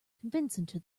convincing